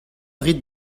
rit